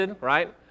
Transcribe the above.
right